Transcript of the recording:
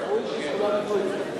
אז ראוי שכולם ידעו את זה.